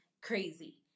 crazy